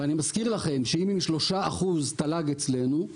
ואני מזכיר לכם שאם עם 3% תל"ג אצלנו,